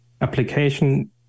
application